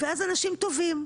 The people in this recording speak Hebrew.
ואז אנשים טובים,